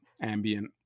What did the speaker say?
ambient